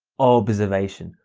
observation,